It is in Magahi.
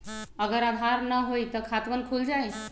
अगर आधार न होई त खातवन खुल जाई?